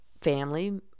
family